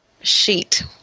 sheet